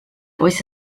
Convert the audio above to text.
oes